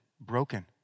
broken